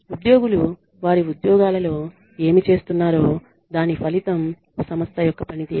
ఉద్యోగులు వారి ఉద్యోగాలలో ఏమి చేస్తున్నారో దాని ఫలితం సంస్థ యొక్క పనితీరు